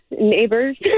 neighbors